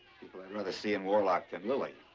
rather see in warlock than lily.